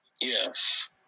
Yes